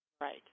Right